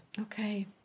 Okay